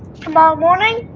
tomorrow morning.